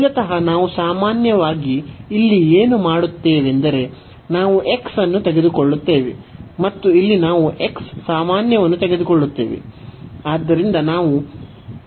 ಮೂಲತಃ ನಾವು ಸಾಮಾನ್ಯವಾಗಿ ಇಲ್ಲಿ ಏನು ಮಾಡುತ್ತೇವೆಂದರೆ ನಾವು ಅನ್ನು ತೆಗೆದುಕೊಳ್ಳುತ್ತೇವೆ ಮತ್ತು ಇಲ್ಲಿ ನಾವು ಸಾಮಾನ್ಯವನ್ನು ತೆಗೆದುಕೊಳ್ಳುತ್ತೇವೆ